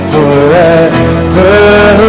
Forever